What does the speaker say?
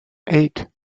eight